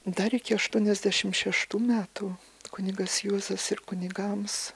dar iki aštuoniasdešimt šeštų metų kunigas juozas ir kunigams